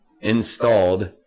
installed